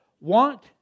want